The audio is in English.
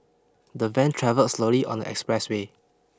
the van travelled slowly on the expressway